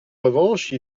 revanche